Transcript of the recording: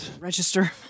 register